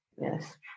yes